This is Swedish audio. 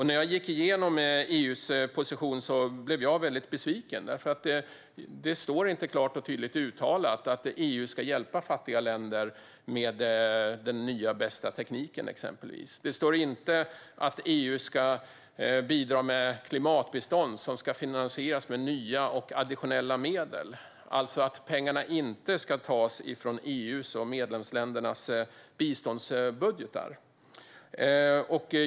När jag gick igenom EU:s position blev jag besviken. Det står inte klart och tydligt att EU ska hjälpa fattiga länder med exempelvis den nya och bästa tekniken. Det står inte heller att EU ska bidra med klimatbistånd som ska finansieras med nya och additionella medel, alltså att pengarna inte ska tas från EU:s och medlemsländernas biståndsbudgetar.